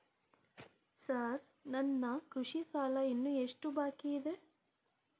Sir ನನ್ನ ಕೃಷಿ ಸಾಲ ಇನ್ನು ಎಷ್ಟು ಬಾಕಿಯಿದೆ?